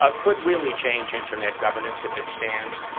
ah could really change internet governance if it stands?